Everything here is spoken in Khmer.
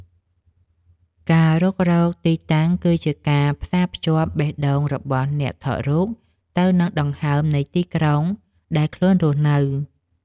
ការរុករកទីតាំងគឺជាការផ្សារភ្ជាប់បេះដូងរបស់អ្នកថតរូបទៅនឹងដង្ហើមនៃទីក្រុងដែលខ្លួនរស់នៅ។